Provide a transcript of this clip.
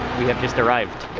we have just arrived.